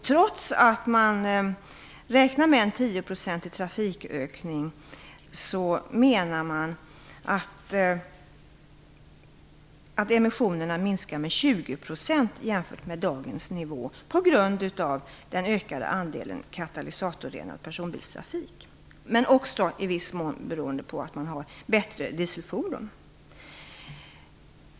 Trots att man räknar med 10 % trafikökning menar man att emissionerna minskar med 20 % jämfört med dagens nivå, på grund av den ökade andelen katalysatorrenad personbilstrafik, men också i viss mån beroende på bättre dieselfordon.